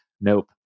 nope